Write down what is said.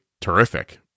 terrific